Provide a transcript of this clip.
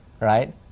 right